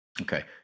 Okay